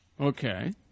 Okay